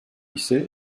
ise